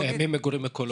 תוכנית ברורה,